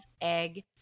egg –